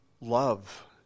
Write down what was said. love